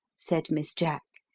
said miss jack.